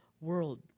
world